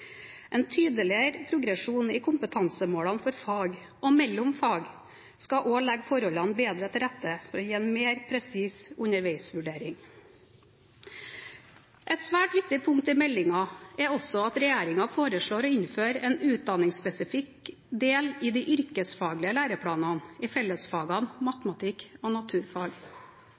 En tydeligere progresjon i kompetansemålene for fag, og mellom fag, skal også legge forholdene bedre til rette for å gi en mer presis underveisvurdering. Et svært viktig punkt i meldingen er også at regjeringen foreslår å innføre en utdanningsspesifikk del i de yrkesfaglige læreplanene i fellesfagene matematikk og naturfag.